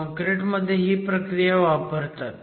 concrete मध्ये ही प्रक्रिया वापरतात